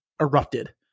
erupted